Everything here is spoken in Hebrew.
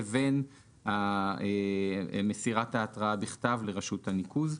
לבין מסירת ההתראה בכתב לרשות הניקוז.